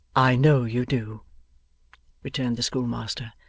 i know you do returned the schoolmaster.